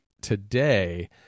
today